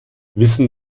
wissen